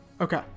okay